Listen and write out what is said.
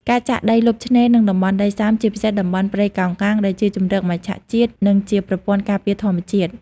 ការចាក់ដីលុបឆ្នេរ និងតំបន់ដីសើម ជាពិសេសតំបន់ព្រៃកោងកាង ដែលជាជម្រកមច្ឆាជាតិ និងជាប្រព័ន្ធការពារធម្មជាតិ។